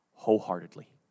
wholeheartedly